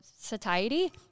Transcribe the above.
satiety